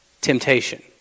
temptation